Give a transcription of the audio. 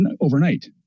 overnight